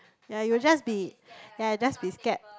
ya you'll just be ya just be scared